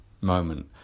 moment